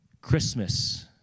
Christmas